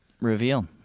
reveal